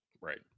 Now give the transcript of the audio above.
Right